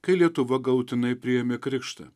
kai lietuva galutinai priėmė krikštą